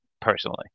personally